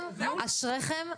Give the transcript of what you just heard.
אשריכם.